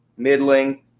Middling